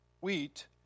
wheat